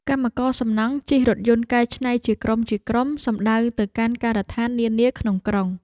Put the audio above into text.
កម្មករសំណង់ជិះរថយន្តកែច្នៃជាក្រុមៗសំដៅទៅកាន់ការដ្ឋាននានាក្នុងក្រុង។